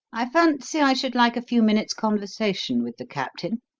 i fancy i should like a few minutes' conversation with the captain.